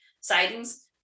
sightings